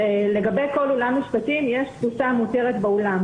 שלגבי כל אולם משפטים יש תפוסה מותרת באולם.